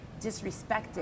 disrespected